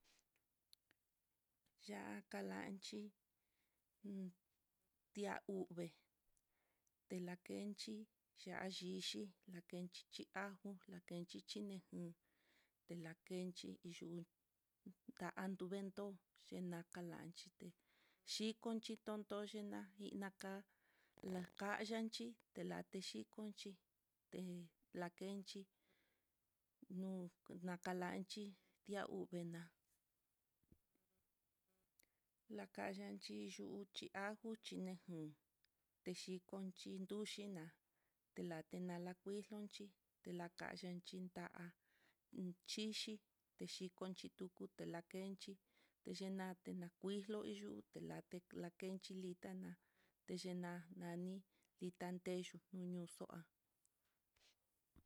Ya'á kalanchí un ti'á uvee, telakenchí ya'á yichi, akenchí ajo, lakenchi chinakin, telakenchi yuu ndantuvento yena kalanchite chikoto chikontochí najina ká'a lakanyanchí, telate xhikonchí te nakenchi nuu lakalanchí, nuu kana lanchi ti'á uveena lakalanchi yuuchi ajo xhinakin chitejon nduchí na telate nalakuix lonchí tekachin chinta'á xhichi chikonchi tuku telakenchi texhinate la kuixlo iyuu telate la kenchi lita na'a tela nani litanteyuu nuñuu xu'a.